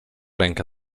rękę